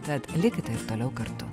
tad likite ir toliau kartu